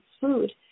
food